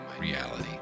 reality